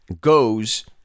goes